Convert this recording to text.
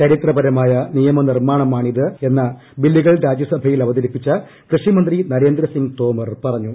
ചരിത്രപരമായ നിയമനിർമാ ണമാണ് ഇതെന്ന് ബില്ലുകൾ രാജ്യസഭയിൽ അവതരിപ്പിച്ച കൃഷിമന്ത്രി നരേന്ദ്ര സിങ് തോമർ പറഞ്ഞു